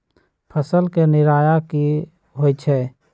फसल के निराया की होइ छई?